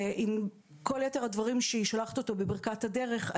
עם כל יתר הדברים שהיא שולחת אותו בברכת הדרך,